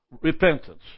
repentance